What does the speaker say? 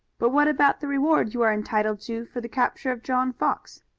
but what about the reward you are entitled to for the capture of john fox?